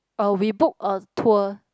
oh we booked a tour